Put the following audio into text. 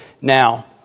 now